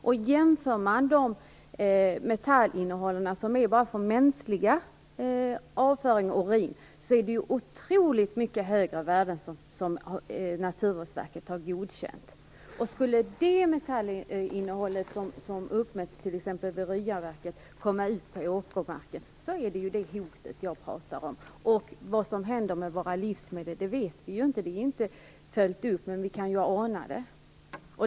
Det är otroligt mycket högre metallinnehåll än i avföring och urin från människorna som Naturvårdsverket har godkänt. Skulle det metallinnehåll som uppmätts vid t.ex. Ryaverket komma ut på åkermarker, skulle det innebära det hot som jag talar om. Vad som händer med våra livsmedel vet vi inte, men vi kan ana det.